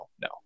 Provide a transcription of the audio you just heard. no